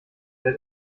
sehr